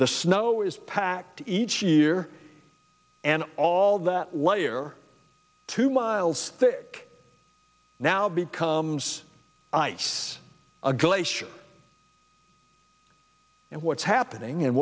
the snow is packed each year and all that layer two miles now becomes a knife a glacier and what's happening and